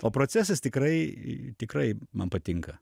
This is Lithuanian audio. o procesas tikrai tikrai man patinka